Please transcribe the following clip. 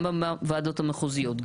גם בוועדות המחוזיות,